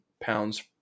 pounds